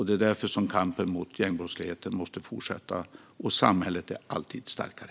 Det är därför kampen mot gängbrottsligheten måste fortsätta, och samhället är alltid starkare.